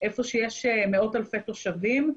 איפה שיש מאות אלפי תושבים.